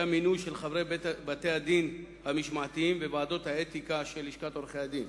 המינוי של חברי בתי-הדין המשמעתיים וועדות האתיקה של לשכת עורכי-הדין,